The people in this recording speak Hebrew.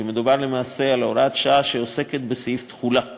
כי מדובר למעשה על הוראת שעה שעוסקת בסעיף תחולה בלבד,